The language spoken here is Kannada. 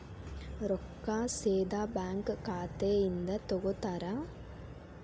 ರೊಕ್ಕಾ ಸೇದಾ ಬ್ಯಾಂಕ್ ಖಾತೆಯಿಂದ ತಗೋತಾರಾ?